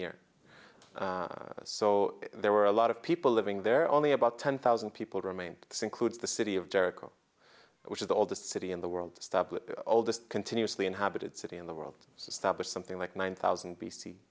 year so there were a lot of people living there only about ten thousand people remained syncrude the city of jericho which is the oldest city in the world to stop the oldest continuously inhabited city in the world stop or something like nine thousand b